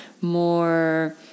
more